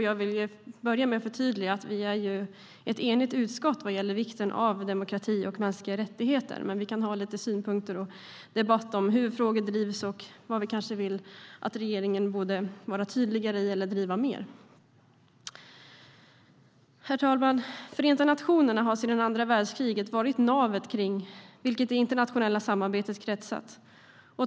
Jag vill förtydliga att vi är ett enigt utskott vad gäller vikten av demokrati och mänskliga rättigheter, men vi kan ha lite synpunkter på och debatt om hur frågor drivs och vad vi kanske tycker att regeringen borde vara tydligare i eller driva mer. Herr talman! Förenta nationerna har sedan andra världskriget varit navet kring vilket det internationella samarbetet har kretsat.